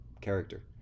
character